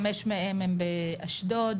חמש מהן הן באשדוד